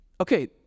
Okay